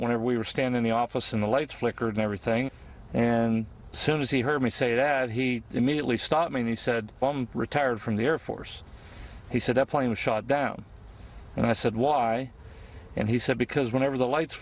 whenever we were stand in the office in the lights flickered everything and soon as he heard me say dad he immediately stopped me and he said i'm retired from the air force he said the plane was shot down and i said why and he said because whenever the lights